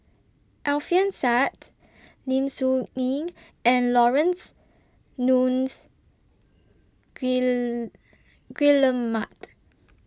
Alfian Sa'at Lim Soo Ngee and Laurence Nunns Guillemard